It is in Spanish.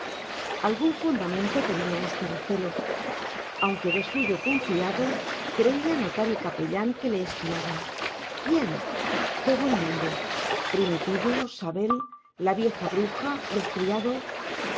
algún fundamento tenía este recelo aunque de suyo confiado creía notar el capellán que le espiaban quién todo el mundo primitivo sabel la vieja bruja los criados como sentimos de